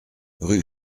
rue